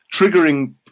triggering